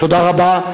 תודה רבה.